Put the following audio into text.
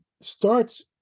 starts